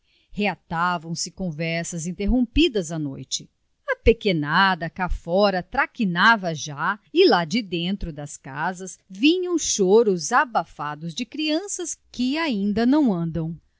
bons dias reatavam se conversas interrompidas à noite a pequenada cá fora traquinava já e lá dentro das casas vinham choros abafados de crianças que ainda não andam